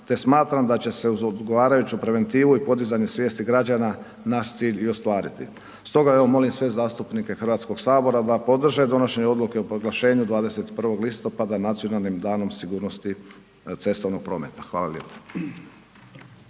te smatram da će se uz odgovarajuću preventivu i podizanje svijesti građana naš cilj i ostvariti. Stoga evo, molim sve zastupnike HS-a da podrže donošenje odluke o proglašenju 21. listopada Nacionalnim danom sigurnosti cestovnog prometa. Hvala lijepo.